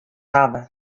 hawwe